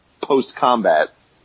post-combat